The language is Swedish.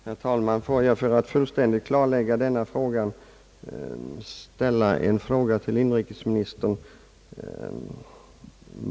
Herr talman! Får jag för att fullständigt klarlägga denna sak ställa en fråga till inrikesministern?